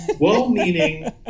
well-meaning